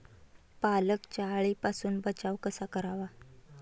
पालकचा अळीपासून बचाव कसा करावा?